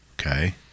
Okay